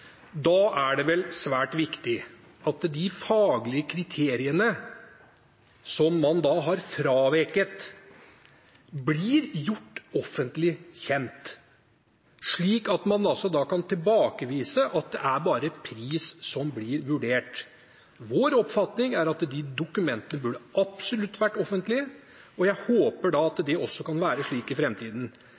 Da er det vel svært viktig at de faglige kriteriene som man da har fraveket, blir gjort offentlig kjent, slik at man kan tilbakevise at det bare er pris som blir vurdert. Vår oppfatning er at disse dokumentene absolutt burde vært offentlige, og jeg håper da at det også kan være slik i